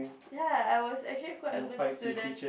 ya I was actually quite a good student